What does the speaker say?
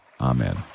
Amen